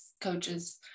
coaches